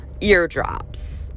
eardrops